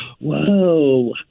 Whoa